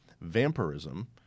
Vampirism